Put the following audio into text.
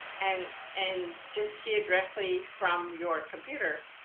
and and just hear directly from your computer.